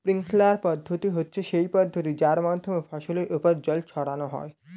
sprinkler পদ্ধতি হচ্ছে সেই পদ্ধতি যার মাধ্যমে ফসলের ওপর জল ছড়ানো হয়